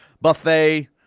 buffet